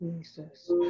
Jesus